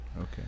okay